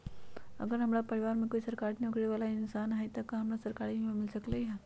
अगर हमरा परिवार में कोई सरकारी नौकरी बाला इंसान हई त हमरा सरकारी बीमा मिल सकलई ह?